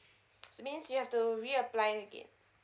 so means you have to reapply it again